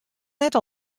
net